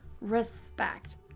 respect